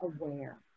aware